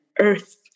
earth